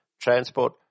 Transport